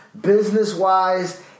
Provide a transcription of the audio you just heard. business-wise